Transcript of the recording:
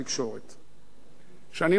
שנים לאחור שקדנו,